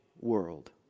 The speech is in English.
world